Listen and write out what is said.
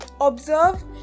observe